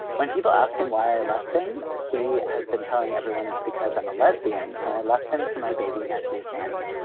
when people ask him why i left him, he has been telling everyone it's because i'm a lesbian. and i left him for my baby nephew's nanny.